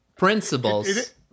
principles